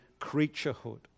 creaturehood